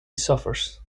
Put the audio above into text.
suffers